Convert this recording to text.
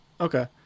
Okay